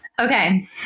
Okay